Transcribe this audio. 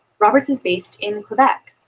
roberts is based in quebec.